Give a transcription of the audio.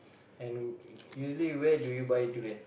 and usually where do you buy durian